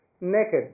naked